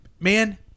Man